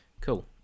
Cool